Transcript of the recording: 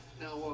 Now